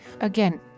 Again